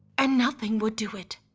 and nothing would do it.